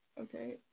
Okay